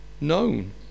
known